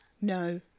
No